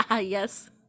yes